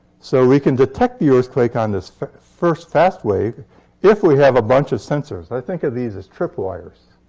so we can detect the earthquake on this first fast wave if we have a bunch of sensors. i think of these as trip wires.